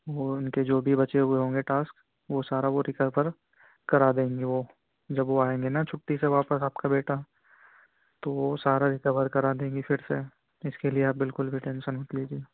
وہ ان کے جو بھی بچے ہوئے ہوں گے ٹاسک وہ سارا وہ ریکوپر کرا دیں گی وہ جب وہ آئیں گے نا چھٹی سے واپس آپ کا بیٹا تو وہ سارا ریکور کرا دیں گی پھر سے اس کے لیے آپ بالکل بھی ٹینسن مت لیجیے